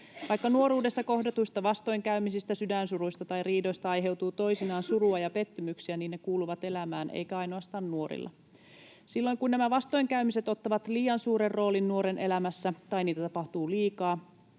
Vaikka nuoruudessa kohdatuista vastoinkäymisistä, sydänsuruista tai riidoista aiheutuu toisinaan surua ja pettymyksiä, niin ne kuuluvat elämään eikä ainoastaan nuorilla. Silloin kun nämä vastoinkäymiset ottavat liian suuren roolin nuoren elämässä tai niitä tapahtuu liikaa,